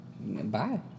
bye